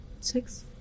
Six